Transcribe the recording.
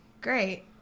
Great